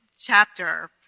chapter